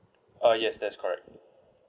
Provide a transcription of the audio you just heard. ah yes that's correct